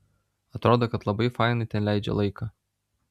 atrodo kad labai fainai ten leidžia laiką